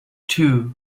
two